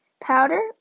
powder